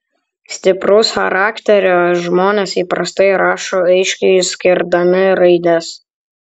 stipraus charakterio žmonės įprastai rašo aiškiai išskirdami raides